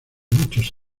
muchos